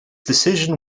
decision